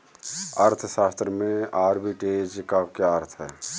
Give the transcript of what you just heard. अर्थशास्त्र में आर्बिट्रेज का क्या अर्थ है?